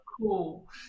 cool